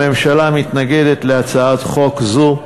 הממשלה מתנגדת להצעת חוק זו.